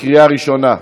בקריאה ראשונה.